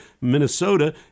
Minnesota